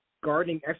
Gardening